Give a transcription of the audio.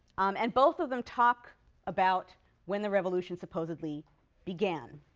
and both of them talk about when the revolution supposedly began.